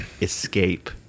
escape